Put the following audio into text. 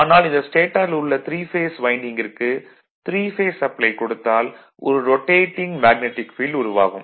ஆனால் இந்த ஸ்டேடாரில் உள்ள த்ரீ பேஸ் வைண்டிங்கிற்கு த்ரீ பேஸ் சப்ளை கொடுத்தால் ஒரு ரொடேடிங் மேக்னடிக் ஃபீல்டு உருவாகும்